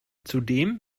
zudem